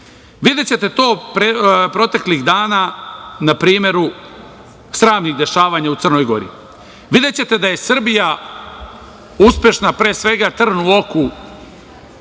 to proteklih dana na primeru sramnih dešavanja u Crnoj Gori. Videćete da je Srbija uspešna, pre svega trn u oku